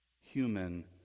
human